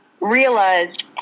Realized